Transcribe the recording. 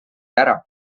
ära